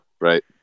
right